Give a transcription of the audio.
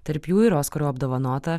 tarp jų ir oskaru apdovanotą